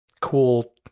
cool